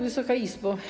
Wysoka Izbo!